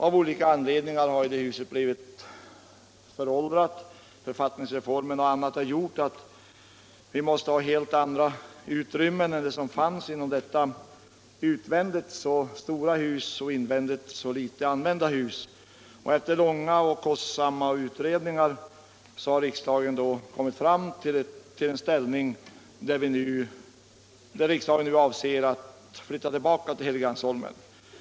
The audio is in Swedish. Av olika anledningar har det huset blivit föråldrat; författningsreformen och annat har gjort alt vi måste ha helt andra utrymmen nu än de som fanns i detta utvändigt så stora och invändigt så lilla hus. Efter långa och kostsamma utredningar har riksdagen kommit fram till det ställningstagandet att den nu flyttar tillbaka till Helgeandsholmen.